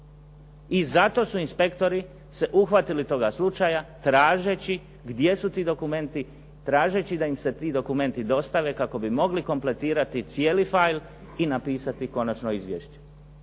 i zato su inspektori se uhvatili toga slučaja tražeći gdje su ti dokumenti, tražeći da im se ti dokumenti dostave kako bi mogli kompletirati cijeli file i napisati konačno izvješće.